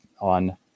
on